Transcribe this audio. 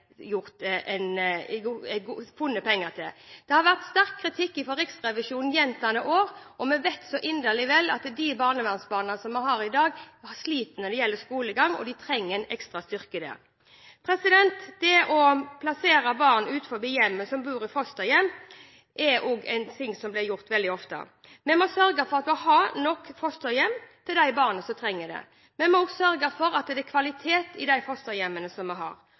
gjort det. Det har vært sterk kritikk fra Riksrevisjonen gjentakende år, og vi vet så inderlig vel at de barnevernsbarna vi har i dag, sliter når det gjelder skolegang og trenger ekstra styrke der. Det å plassere barn som bor utenfor hjemmet, i fosterhjem, blir gjort veldig ofte. Vi må sørge for at vi har nok fosterhjem til de barna som trenger det. Vi må også sørge for at det er kvalitet i de fosterhjemmene som vi har,